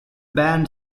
band